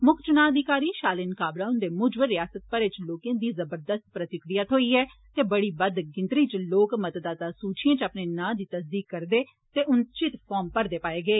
मुक्ख चुनांऽ अधिकारी शालीन काबरा हुंदे मुजब रिआसत मरै च लोकें दी जबरदस्त प्रतिक्रिया थ्होई ऐ ते बड़ी बद्ध गिनतरी च लोक मतदाता सूचिएं च अपने नाएं दी तसदीक करदे ते उचित फार्म भरदे दिक्खे गे